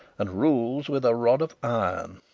and rules with a rod of iron.